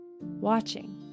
watching